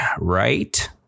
right